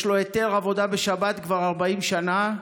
יש לו היתר עבודה בשבת כבר 40 שנה.